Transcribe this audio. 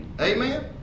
Amen